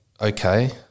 okay